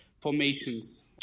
formations